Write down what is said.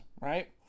right